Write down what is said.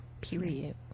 Period